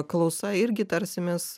klausa irgi tarsi mes